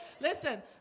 Listen